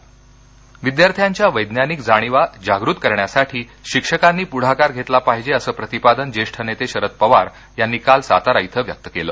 रयत सातारा विद्यार्थ्यांच्या वैज्ञानिक जाणिवा जागृत करण्यासाठी शिक्षकांनी पृढाकार घेतला पाहिजे अस प्रतिपादन ज्येष्ठ नेते शरद पवार यांनी काल सातारा ध्वे व्यक्त केलं